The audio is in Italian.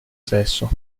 sesso